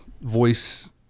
voice